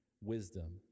wisdom